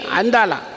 andala